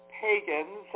pagans